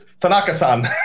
Tanaka-san